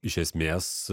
iš esmės